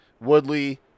Woodley